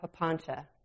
papancha